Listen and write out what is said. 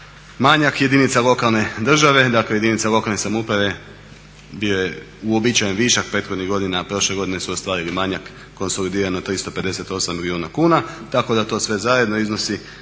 manjak jedinica lokalne države, dakle jedinica lokalne samouprave bio je uobičajeni višak prethodnih godina, prošle godine su ostvarili manjak konsolidirano 358 milijuna kuna tako da to sve zajedno iznosi